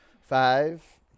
Five